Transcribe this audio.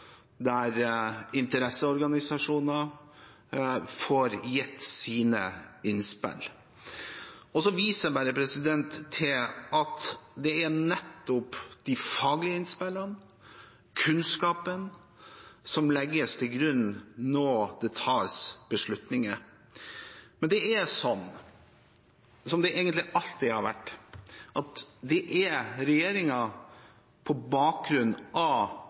interesseorganisasjoner får gitt sine innspill. Jeg viser også til at det er nettopp de faglige innspillene, kunnskapen, som legges til grunn når det tas beslutninger. Men det er sånn, som det egentlig alltid har vært, at det er regjeringen – på bakgrunn av